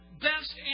best